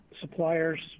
suppliers